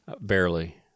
Barely